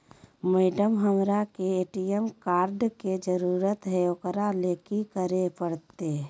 Madam, हमरा के ATM card के जरूरत है ऊकरा ले की की करे परते?